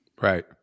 Right